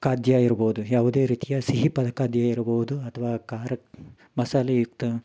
ಖಾದ್ಯ ಇರ್ಬೋದು ಯಾವುದೇ ರೀತಿಯ ಸಿಹಿ ಪ ಖಾದ್ಯ ಇರಬಹುದು ಅಥ್ವಾ ಖಾರ ಮಸಾಲೆಯುಕ್ತ